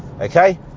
okay